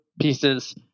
pieces